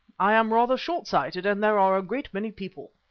i am rather short-sighted and there are a great many people.